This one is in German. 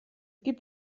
gibt